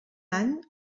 any